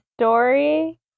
story